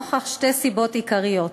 משתי סיבות עיקריות: